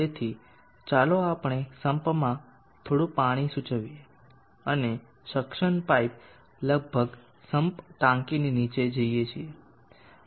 તેથી ચાલો આપણે સમ્પમાં થોડું પાણી સૂચવીએ અને સક્શન પાઇપ લગભગ સમ્પ ટાંકીની નીચે જઇએ છીએ